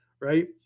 right